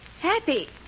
Happy